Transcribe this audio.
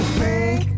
pink